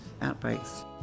outbreaks